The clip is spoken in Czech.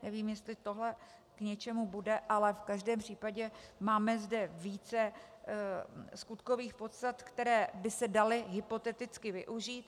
Nevím, jestli tohle k něčemu bude, ale v každém případě máme zde více skutkových podstat, které by se daly hypoteticky využít.